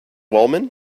wellman